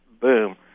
boom